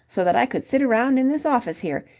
so that i could sit around in this office here,